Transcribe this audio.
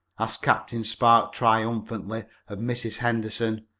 asked captain spark triumphantly of mrs. henderson.